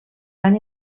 van